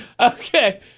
Okay